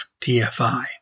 TFI